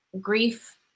grief